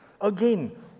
Again